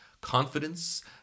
confidence